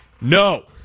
No